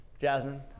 Jasmine